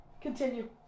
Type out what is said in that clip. Continue